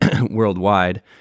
worldwide